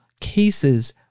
cases